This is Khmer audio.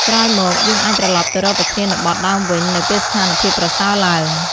ក្រោយមក យើងអាចត្រឡប់ទៅរកប្រធានបទដើមវិញនៅពេលស្ថានភាពប្រសើរឡើង។